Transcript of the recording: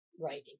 writing